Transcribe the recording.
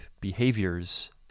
behaviors